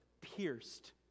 pierced